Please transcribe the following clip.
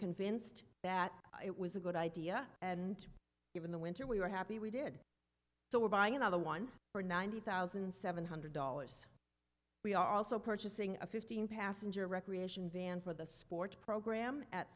convinced that it was a good idea and even the winter we were happy we did so we're buying another one for ninety thousand seven hundred dollars we are also purchasing a fifteen passenger recreation van for the sports program at